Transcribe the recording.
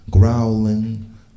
Growling